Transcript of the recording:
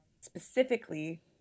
specifically